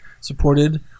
supported